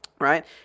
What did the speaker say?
Right